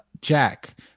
Jack